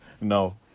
no